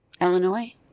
Illinois